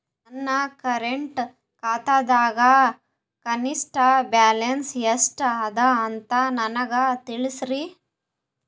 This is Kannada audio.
ನನ್ನ ಕರೆಂಟ್ ಖಾತಾದಾಗ ಕನಿಷ್ಠ ಬ್ಯಾಲೆನ್ಸ್ ಎಷ್ಟು ಅದ ಅಂತ ನನಗ ತಿಳಸ್ರಿ